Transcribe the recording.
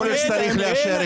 יכול להיות שצריך לאשר,